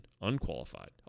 unqualified